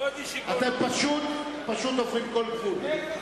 אתם פשוט, פשוט עוברים כל גבול.